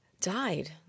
died